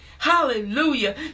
hallelujah